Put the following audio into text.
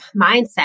mindset